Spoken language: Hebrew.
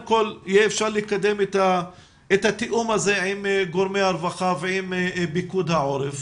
כל אפשר יהיה לקדם את התיאום הזה עם גורמי הרווחה ועם פיקוד העורף,